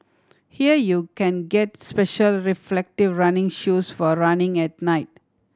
here you can get special reflective running shoes for running at night